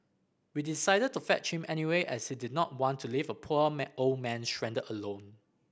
we decided to fetch him anyway as he did not want to leave a poor man old man stranded alone